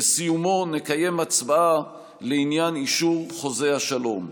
ובסיומו נקיים הצבעה לעניין אישור חוזה השלום.